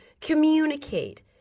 Communicate